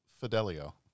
Fidelio